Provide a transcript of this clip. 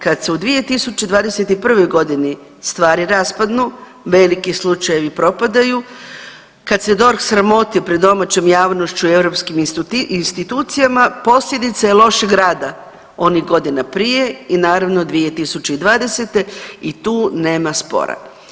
Kad se u 2021.g. stvari raspadnu, veliki slučajevi propadaju, kad se DORH sramoti pred domaćom javnošću i europskim institucijama posljedica je lošeg rada onih godina prije i naravno i 2020. i tu nema spora.